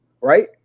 right